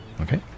Okay